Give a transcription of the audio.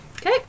Okay